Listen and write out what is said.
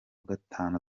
gatanu